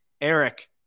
Eric